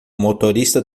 motorista